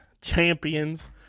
champions